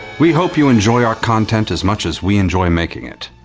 we hope you enjoy our content as much as we enjoy making it.